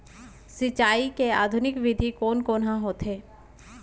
सिंचाई के आधुनिक विधि कोन कोन ह होथे?